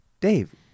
Dave